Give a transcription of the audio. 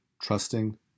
trusting